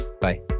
Bye